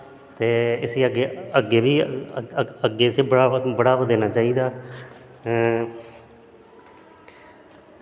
ते अग्गैं इसी बड़ावा देना चाही दा